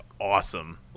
awesome